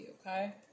okay